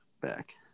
back